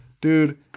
Dude